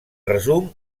resum